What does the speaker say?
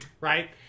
right